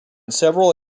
several